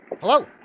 Hello